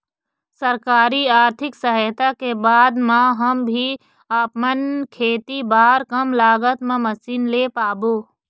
सरकारी आरथिक सहायता के बाद मा हम भी आपमन खेती बार कम लागत मा मशीन ले पाबो?